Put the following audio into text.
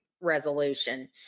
resolution